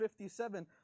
57